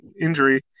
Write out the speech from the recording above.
injury